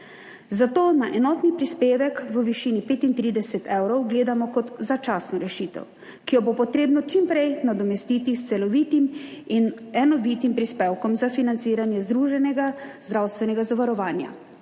Zato na enotni prispevek v višini 35 evrov gledamo kot začasno rešitev, ki jo bo potrebno čim prej nadomestiti s celovitim in enovitim prispevkom za financiranje združenega zdravstvenega zavarovanja.